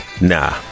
Nah